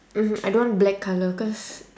mm I don't want black colour cause